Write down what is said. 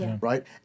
right